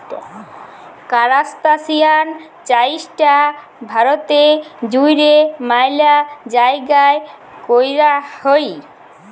কারাস্তাসিয়ান চাইশটা ভারতে জুইড়ে ম্যালা জাইগাই কৈরা হই